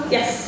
Yes